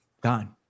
Gone